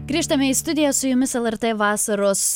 grįžtame į studiją su jumis lrt vasaros